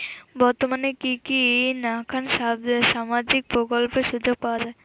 বর্তমানে কি কি নাখান সামাজিক প্রকল্পের সুযোগ পাওয়া যায়?